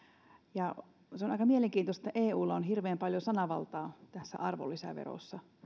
ja on aika mielenkiintoista että eulla on hirveän paljon sananvaltaa tässä arvonlisäverossa